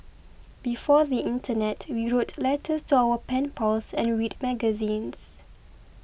before the internet we wrote letters to our pen pals and read magazines